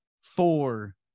four